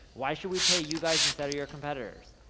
why should we pay you guys instead of your competitors,